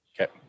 Okay